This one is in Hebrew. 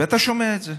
ואתה שומע את זה.